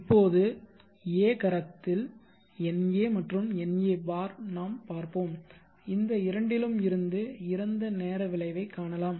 இப்போது a கரத்தில் Na மற்றும் Na bar நாம் பார்ப்போம் இந்த இரண்டிலும் இருந்து இறந்த நேர விளைவைக் காணலாம்